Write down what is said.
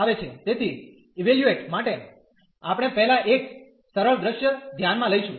તેથી ઇવેલ્યુએટ માટે આપણે પહેલા એક સરળ દૃશ્ય ધ્યાનમાં લઈશું